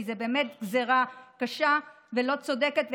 כי זו באמת גזרה קשה ולא צודקת,